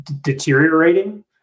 deteriorating